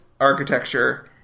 architecture